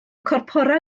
corpora